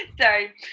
Sorry